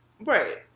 right